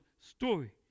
story